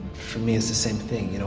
for me it's the same thing. you know